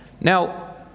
Now